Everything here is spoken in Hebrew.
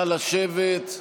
נא לשבת.